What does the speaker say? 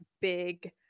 big